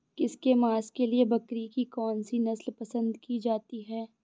इसके मांस के लिए बकरी की कौन सी नस्ल पसंद की जाती है?